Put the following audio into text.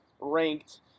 ranked